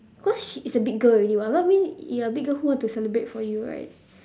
cause she is a big girl already [what] what I mean you are a big girl who want to celebrate for you right